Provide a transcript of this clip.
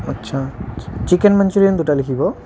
আচ্ছা chicken manchurian দুটা লিখিব